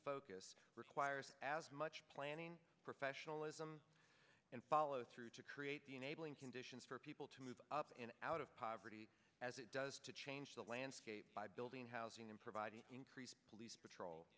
focus requires as much planning professionalism and follow through to create the enabling conditions for people to move up and out of pocket as it does to change the landscape by building housing in providing increased police patrol